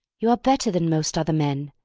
you are better than most other men,